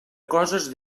coses